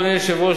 אדוני היושב-ראש,